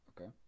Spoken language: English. Okay